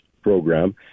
program